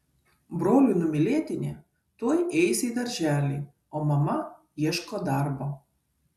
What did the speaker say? brolių numylėtinė tuoj eis į darželį o mama ieško darbo